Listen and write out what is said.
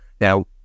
Now